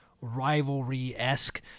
rivalry-esque